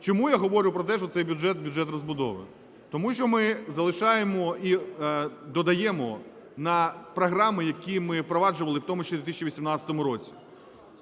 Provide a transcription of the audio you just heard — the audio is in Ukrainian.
Чому я говорю про те, що цей бюджет – бюджет розбудови? Тому що ми залишаємо і додаємо на програми, які ми впроваджували в тому числі в 2018 році.